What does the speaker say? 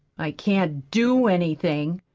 i can't do anything!